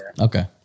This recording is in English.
Okay